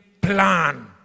plan